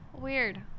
weird